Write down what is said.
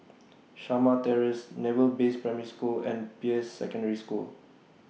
Shamah Terrace Naval Base Primary School and Peirce Secondary School